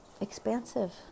expansive